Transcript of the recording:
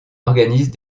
organise